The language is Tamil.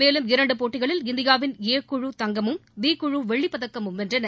மேலும் இரண்டு போட்டிகளில் இந்தியாவின் ஏ குழு தங்கமும் பி குழு வெள்ளிப்பதக்கமும் வென்றன